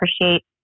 appreciate